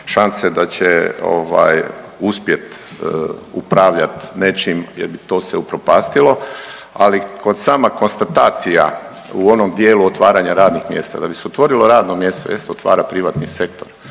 šanse da će ovaj uspjeti upravljat nečim jer bi to se upropastilo. Ali sama konstatacija u onom dijelu otvaranja radnih mjesta, da bi se otvorilo radno mjesto jer se otvara privatni sektor,